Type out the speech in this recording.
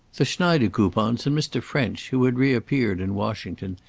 the schneidekoupons and mr. french, who had reappeared in washington,